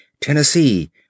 Tennessee